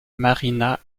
marina